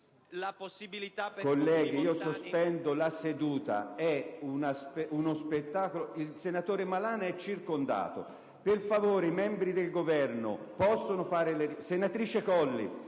così, sospendo la seduta. Il senatore Malan è circondato. Senatrice Colli,